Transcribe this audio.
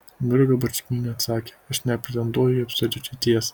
mirga barčkienė atsakė aš nepretenduoju į absoliučią tiesą